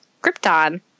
Krypton